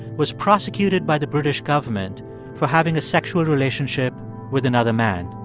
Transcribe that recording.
was prosecuted by the british government for having a sexual relationship with another man.